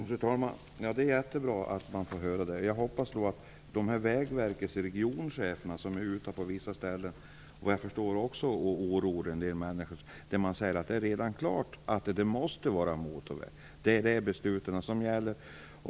Fru talman! Det är jättebra att få höra det. Jag hoppas då att Vägverkets regionchefer som är ute på vissa ställen och oroar människor genom att säga att beslutet redan är klart, att det måste vara en motorväg och att det är det beslut som gäller.